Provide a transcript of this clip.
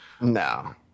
No